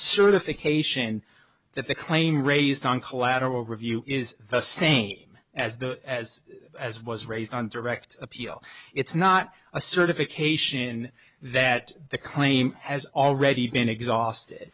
certification that the claim raised on collateral review is the same as the as as was raised on direct appeal it's not a certification that the claim has already been exhausted